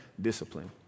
discipline